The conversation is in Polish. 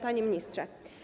Panie Ministrze!